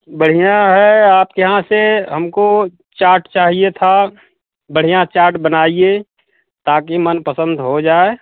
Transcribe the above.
बढ़िया है आपके यहाँ से हमको चाट चाहिए था बढ़िया चाट बनाइये ताकि मन प्रसन्न हो जाए